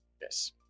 yes